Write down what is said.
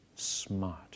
smart